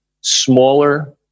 smaller